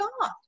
God